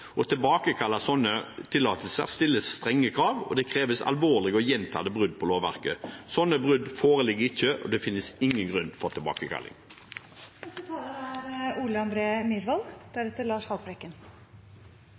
stilles strenge krav for å tilbakekalle slike tillatelser, og det kreves alvorlige og gjentatte brudd på lovverket. Slike brudd foreligger ikke, og det finnes ingen grunn for